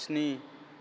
स्नि